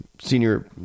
senior